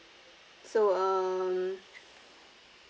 so um